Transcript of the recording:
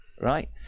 right